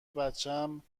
بچم